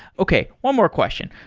okay, one more question.